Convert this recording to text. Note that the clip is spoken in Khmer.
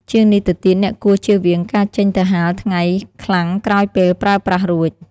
ជាងនេះទៅទៀត អ្នកគួរចៀសវាងការចេញទៅហាលថ្ងៃខ្លាំងក្រោយពេលប្រើប្រាស់រួច។